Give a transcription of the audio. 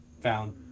found